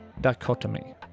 dichotomy